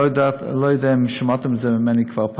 אני לא יודע אם שמעתם את זה ממני כבר,